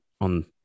on